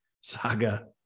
saga